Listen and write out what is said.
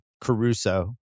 Caruso